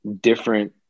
different